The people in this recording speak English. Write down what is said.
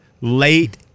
late